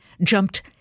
jumped